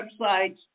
websites